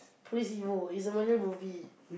Police Evo is a Malay movie